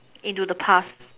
into the past